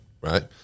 right